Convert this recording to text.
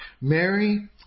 Mary